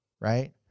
right